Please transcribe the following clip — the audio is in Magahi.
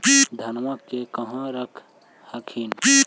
धनमा के कहा रख हखिन?